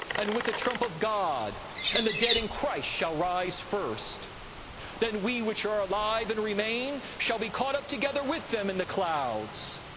and with the trump of god and the dead in christ shall rise first then we which are alive and remain shall be caught up together with them in the clouds,